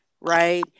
right